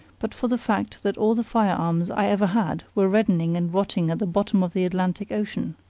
but for the fact that all the firearms i ever had were reddening and rotting at the bottom of the atlantic ocean.